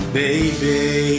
baby